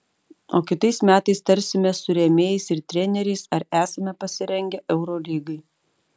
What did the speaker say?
o kitais metais tarsimės su rėmėjais ir treneriais ar esame pasirengę eurolygai